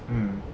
mm